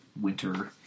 winter